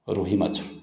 ରୋହି ମାଛ